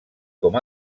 com